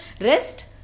rest